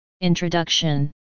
Introduction